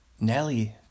Nelly